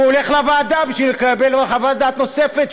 הוא הולך לוועדה בשביל לקבל חוות דעת נוספת,